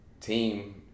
team